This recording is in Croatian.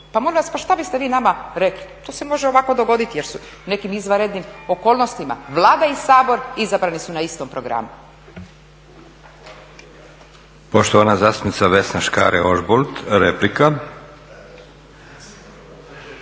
Pa molim vas pa što biste vi nama rekli? To se može ovako dogoditi jer su nekim izvanrednim okolnostima Vlada i Sabor izabrani su na istom programu.